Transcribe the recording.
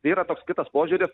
yra toks kitas požiūris